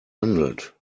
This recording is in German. handelt